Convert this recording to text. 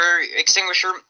extinguisher